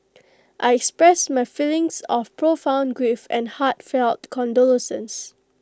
I express my feelings of profound grief and heartfelt condolences